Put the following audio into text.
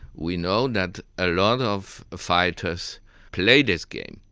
we know that a lot of fighters play this game.